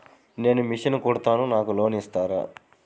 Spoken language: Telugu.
నేను మిషన్ కుడతాను నాకు లోన్ ఇస్తారా?